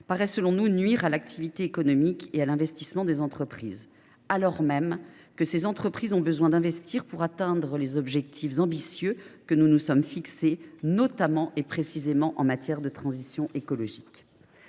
paraît nuire à l’activité économique et à l’investissement des entreprises, alors même que ces dernières ont besoin d’investir pour atteindre les objectifs ambitieux que nous nous sommes fixés, notamment en matière de transition écologique,